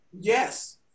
yes